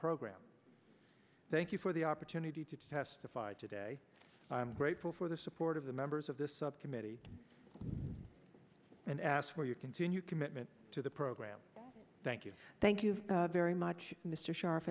program thank you for the opportunity to testified today i am grateful for the support of the members of this subcommittee and ask for your continued commitment to the program thank you thank you very much mr sh